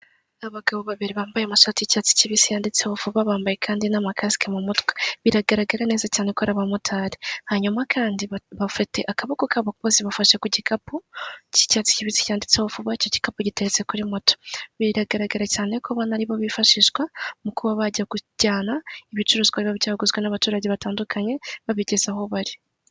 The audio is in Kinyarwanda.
Abagabo babiri bambaye amasoti y'icyatsi kibisi yanditseho vuba bambaye kandi n'amakasike mu mutwe biragaragara neza cyane ko ari abamotari hanyuma kandi biragaragara ko akaboko kabo ko bafashe ku gikapu cy'icyatsi kibisi cyanditseho vuba, icyo gikapu giteretse kuri moto biragaragara cyane ko aribo bifashishwa, muku kujyana ibicuruzwa biba byaguzwe n'abaturage batandukanye babigeze aho bari.